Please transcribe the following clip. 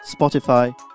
Spotify